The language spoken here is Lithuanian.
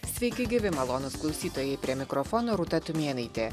sveiki gyvi malonūs klausytojai prie mikrofono rūta tumėnaitė